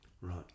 Right